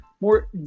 more